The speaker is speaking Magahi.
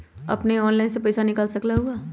अपने ऑनलाइन से पईसा निकाल सकलहु ह?